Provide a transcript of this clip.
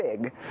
big